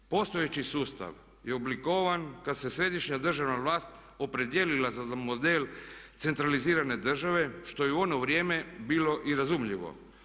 Postojeći sustav je oblikovan kad se središnja državna vlast opredijelila za model centralizirane države što je u ono vrijeme bilo i razumljivo.